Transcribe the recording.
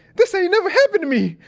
this ain't never happened to me.